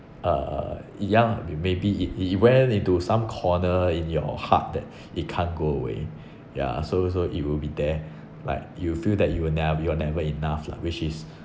uh young maybe it it went into some corner in your heart that it can't go away ya so so it will be there like you'll feel that you will never be you're never enough lah which is